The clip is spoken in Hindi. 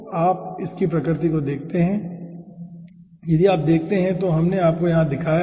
तो आप इसकी प्रकृति को देखते हैं यदि आप देखते हैं तो हमने आपको यहां दिखाया है